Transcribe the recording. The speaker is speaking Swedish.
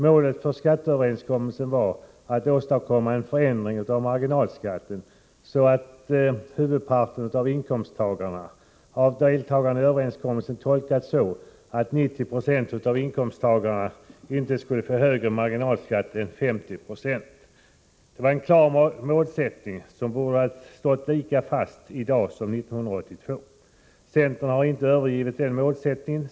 Målet för skatteöverenskommelsen var att åstadkomma en förändring av marginalskatten som av deltagarna i överenskommelsen tolkades så att 90 Zo av inkomsttagarna inte skulle få högre marginalskatt än 50 26. Det var en klar målsättning som borde ha stått lika fast i dag som 1982. Centern har inte övergivit den målsättningen.